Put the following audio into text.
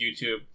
YouTube